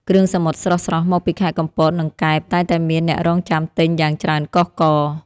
គ្រឿងសមុទ្រស្រស់ៗមកពីខេត្តកំពត និងកែប តែងតែមានអ្នករង់ចាំទិញយ៉ាងច្រើនកុះករ។